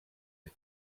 the